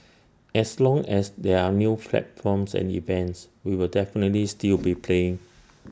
as long as there are new platforms and events we will definitely still be playing